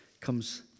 comes